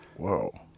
Whoa